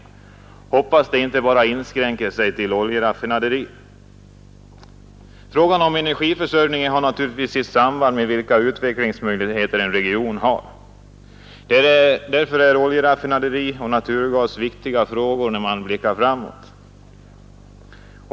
Jag hoppas att de inte bara inskränker sig till oljeraffinaderiet. Frågan om energiförsörjningen har naturligtvis sitt samband med vilka utvecklingsmöjligheter en region har. Därför är oljeraffinaderi och Nr 37 naturgas viktiga frågor när vi blickar framåt.